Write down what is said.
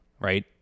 right